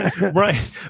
Right